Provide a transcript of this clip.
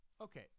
Okay